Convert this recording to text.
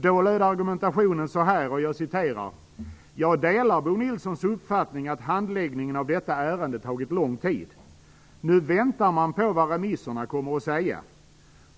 Då löd argumentationen: "Jag delar Bo Nilssons uppfattning att handläggningen av detta ärende - tog lång tid. - nu väntar man på vad remissinstanserna kommer att säga.